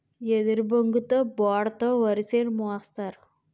ఎదురుబొంగుతో బోడ తో వరిసేను మోస్తారు